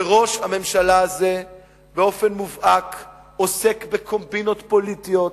שראש הממשלה הזה באופן מובהק עוסק בקומבינות פוליטיות,